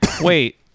Wait